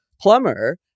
plumber